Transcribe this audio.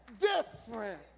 Different